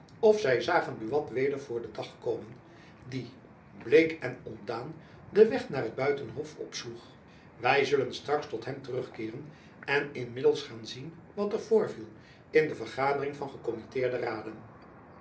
of zy zagen buat weder voor den dag komen die bleek en ontdaan den weg naar het buitenhof opsloeg wy zullen straks tot hem terugkeeren en inmiddels gaan zien wat er voorviel in de vergadering van gekommitteerde raden